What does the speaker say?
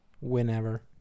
whenever